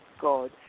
god